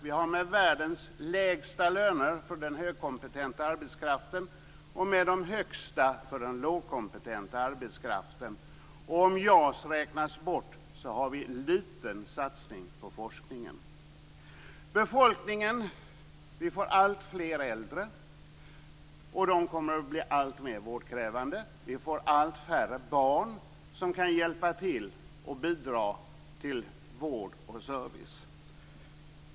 Vi har världens lägsta löner för den högkompetenta arbetskraften och världens högsta löner för den lågkompetenta arbetskraften. Bortsett från JAS har vi en liten satsning på forskningen. När det gäller befolkningen blir det allt fler äldre som kommer att bli alltmer vårdkrävande. Det föds allt färre barn som kan hjälpa till att bidra till vård och service.